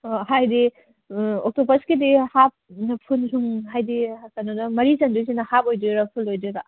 ꯑꯣ ꯍꯥꯏꯗꯤ ꯑꯣꯛꯇꯣꯄꯁꯀꯤꯗꯤ ꯍꯥꯏꯗꯤ ꯀꯩꯅꯣꯗ ꯃꯔꯤ ꯆꯟꯗꯣꯏꯁꯤꯅ ꯍꯥꯞ ꯑꯣꯏꯗꯣꯏꯔꯥ ꯐꯨꯜ ꯑꯣꯏꯗꯣꯏꯕ